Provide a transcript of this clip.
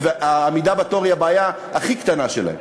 והעמידה בתור היא הבעיה הכי קטנה שלהם.